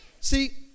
See